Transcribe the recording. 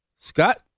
Scott